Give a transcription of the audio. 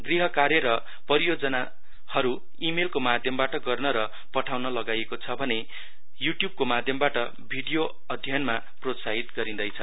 गृहकार्य र परियोजनाहरू इमेलको माध्यमबाट गर्न पाठाउन लगाइएको छ भने युट्युबको माध्यमबाट भिडियो अध्ययनमा प्रोत्साहित गराउँदैछ